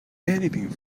anything